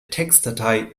textdatei